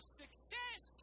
success